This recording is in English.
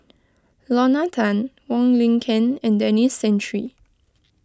Lorna Tan Wong Lin Ken and Denis Santry